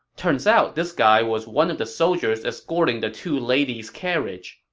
turns out this guy was one of the soldiers escorting the two ladies' carriage.